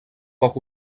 poc